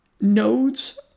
nodes